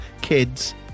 kids